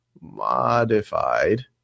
modified